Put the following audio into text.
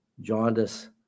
jaundice